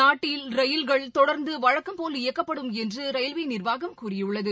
நாட்டில் ரயில்கள் தொடர்ந்து வழக்கம்போல் இயக்கப்படும் என்று ரயில்வே நிர்வாகம் கூறியுள்ளது